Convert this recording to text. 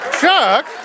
Chuck